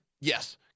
Yes